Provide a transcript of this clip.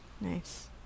Nice